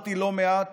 הרהרתי לא מעט